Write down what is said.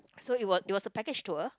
so it was it was a package tour